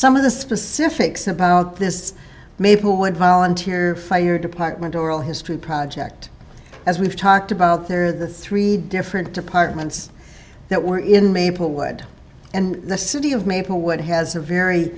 some of the specifics about this maplewood volunteer fire department oral history project as we've talked about there are the three different departments that were in maplewood and the city of maplewood has a very